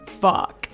fuck